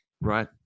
right